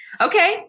Okay